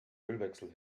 ölwechsel